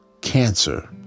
cancer